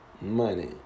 money